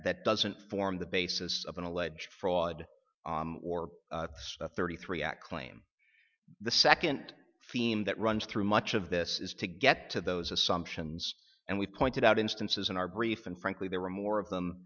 that doesn't form the basis of an alleged fraud or a thirty three act claim the second theme that runs through much of this is to get to those assumptions and we've pointed out instances in our brief and frankly there were more of